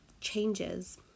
changes